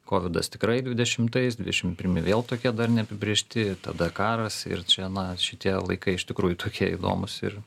kovidas tikrai dvidešimtais dvidešimt pirmi vėl tokie dar neapibrėžti tada karas ir čia na šitie laikai iš tikrųjų tokie įdomūs ir